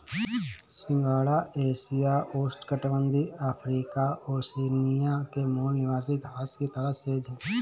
सिंघाड़ा एशिया, उष्णकटिबंधीय Africa, Oceania के मूल निवासी घास की तरह सेज है